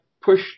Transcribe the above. push